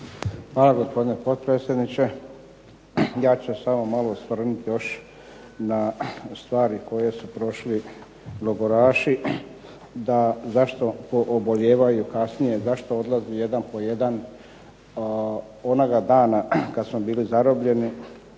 Hvala gospodine potpredsjedniče. Ja ću se samo malo osvrnuti još na stvari koje su prošli logoraši da zašto pobolijevaju kasnije, zašto odlaze jedan po jedan, onoga dana kad smo bili zarobljeni